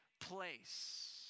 place